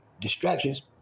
distractions